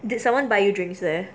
did someone buy you drinks there